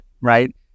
right